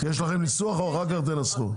יש לכם ניסוח או שתנסחו אחר-כך?